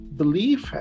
belief